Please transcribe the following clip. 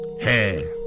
hey